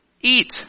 eat